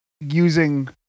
using